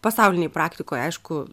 pasaulinėj praktikoj aišku